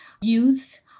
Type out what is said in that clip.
use